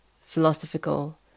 philosophical